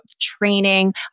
training